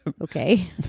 Okay